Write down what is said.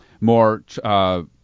more